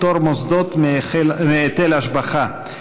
פטור מוסדות מהיטל השבחה),